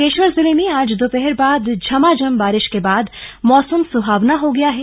बागेश्वर जिले में आज दोपहर बाद झमाझम बारिश के बाद मौसम सुहावना हो गया है